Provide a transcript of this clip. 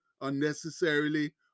unnecessarily